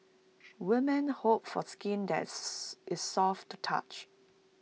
women hope for skin that's is soft to the touch